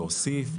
להוסיף,